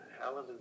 Hallelujah